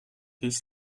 his